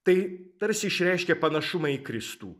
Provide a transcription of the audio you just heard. tai tarsi išreiškia panašumą į kristų